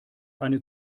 eine